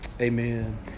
Amen